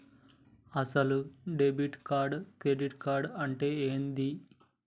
అసలు debit card credit card అంటే ఏంది?